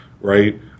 right